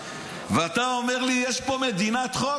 אתה אומר לי יש פה מדינת חוק?